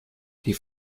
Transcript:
die